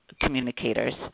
communicators